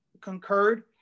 concurred